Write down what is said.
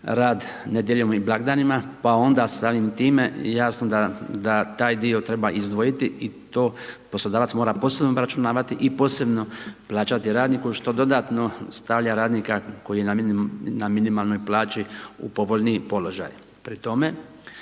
rad nedjeljom i blagdanima, pa onda samim time, jasno da taj dio treba izdvojiti i to poslodavac mora posebno obračunavati i posebno plaćati radniku, što dodatno stavlja radnika, koji je na minimalnoj plaći u povoljniji položaj. Pri tome,